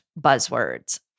buzzwords